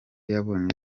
yabonye